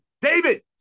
David